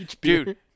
Dude